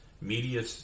media